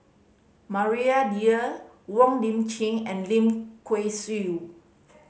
Maria Dyer Wong Lip Chin and Lim Kay Siu